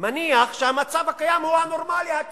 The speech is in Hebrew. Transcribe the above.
מניח שהמצב הקיים הוא הנורמלי, הטבעי,